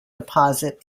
deposit